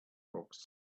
books